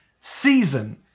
season